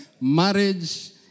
marriage